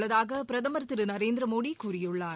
உள்ளதாக பிரதமர் திரு நரேந்திரமோடி கூறியுள்ளார்